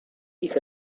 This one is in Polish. ich